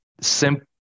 simple